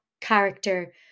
character